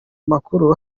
amakuru